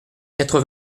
quatre